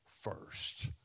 first